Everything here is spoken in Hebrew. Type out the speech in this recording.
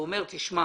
הוא אומר, תשמע,